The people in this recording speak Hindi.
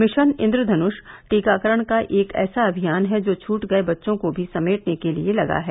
मिशन इंद्रधनुष टीकाकरण का एक ऐसा अभियान जो छूट गए हुए बच्चों को भी समेटने के लिए लगा है